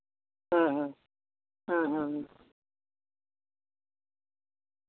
ᱦᱩᱸ ᱦᱩᱸ ᱦᱩᱸ ᱦᱩᱸ